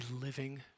living